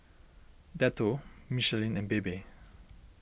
Dettol Michelin and Bebe